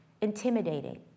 intimidating